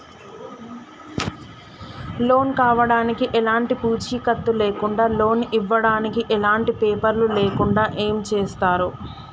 Loan కావడానికి ఎలాంటి పూచీకత్తు లేకుండా లోన్ ఇవ్వడానికి ఎలాంటి పేపర్లు లేకుండా ఏం చేస్తారు?